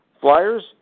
Flyers